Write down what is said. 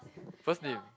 first name